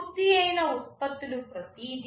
పూర్తియైన ఉత్పత్తులు ప్రతిదీ